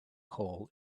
call